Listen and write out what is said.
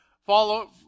Follow